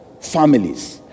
families